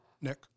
nick